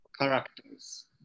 characters